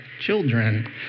children